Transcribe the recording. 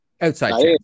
outside